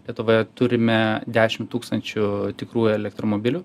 lietuvoje turime dešim tūkstančių tikrų elektromobilių